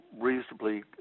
reasonably